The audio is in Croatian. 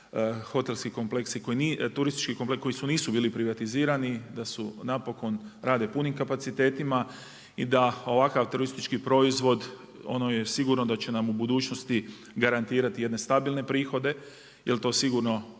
hotelski kompleksi, turistički koji nisu bili privatizirani da su napokon rade punim kapacitetima, i da ovakav turistički proizvod ono je sigurno da će nam u budućnosti garantirati jedne stabilne prihode. Jer to sigurno